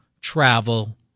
travel